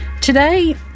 today